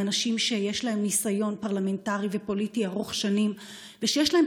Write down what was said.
מאנשים שיש להם ניסיון פרלמנטרי ופוליטי ארוך שנים ושיש להם